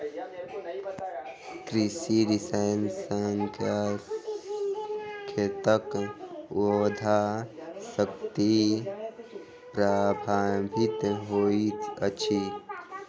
कृषि रसायन सॅ खेतक उर्वरा शक्ति प्रभावित होइत अछि